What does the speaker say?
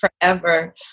forever